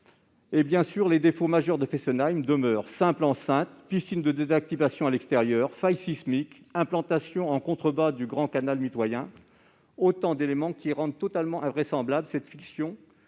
centrales. Les défauts majeurs de Fessenheim demeurent : simple enceinte, piscine de désactivation à l'extérieur, faille sismique, implantation en contrebas du grand canal mitoyen, autant d'éléments qui rendent totalement invraisemblable la fiction